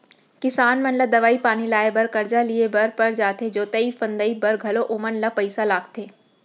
किसान मन ला दवई पानी लाए बर करजा लिए बर पर जाथे जोतई फंदई बर घलौ ओमन ल पइसा लगथे